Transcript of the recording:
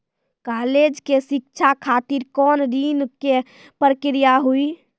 College के शिक्षा खातिर कौन ऋण के प्रक्रिया हुई?